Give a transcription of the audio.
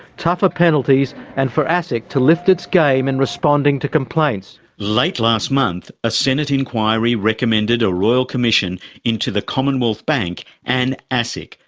tougher penalties, and for asic to lift its game in responding to complaints. late last month a senate inquiry recommended a royal commission into the commonwealth bank and asic,